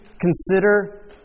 consider